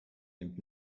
nimmt